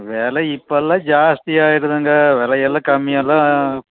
விலை இப்போதெல்லாம் ஜாஸ்தி ஆயிடுதுங்க விலையெல்லாம் கம்மியெல்லாம்